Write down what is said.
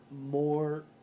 more